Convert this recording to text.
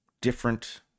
different